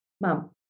mom